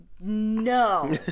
No